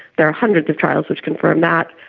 there are hundreds of trials which confirm that.